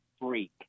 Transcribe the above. freak